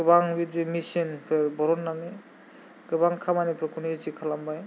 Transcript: गोबां बिदि मेसिनफोर बरननानै गोबां खामानिफोरखौनो इजि खालामबाय